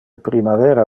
primavera